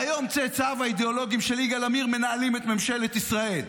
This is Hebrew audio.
והיום צאצאיו האידיאולוגיים של יגאל עמיר מנהלים את ממשלת ישראל.